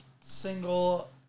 single